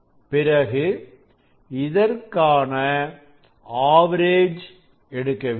பிறகு இதற்கான ஆவரேஜ் எடுக்க வேண்டும்